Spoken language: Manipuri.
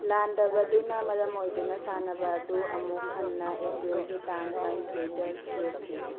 ꯂꯥꯟꯗꯕꯗꯨꯅ ꯃꯔꯝ ꯑꯣꯏꯗꯨꯅ ꯁꯥꯟꯅꯕ ꯑꯗꯨ ꯑꯃꯨꯛ ꯍꯟꯅ ꯑꯦꯄ꯭ꯔꯤꯜꯒꯤ ꯇꯥꯡ ꯇꯔꯥꯅꯤꯊꯣꯏꯗ ꯂꯦꯞꯈꯤ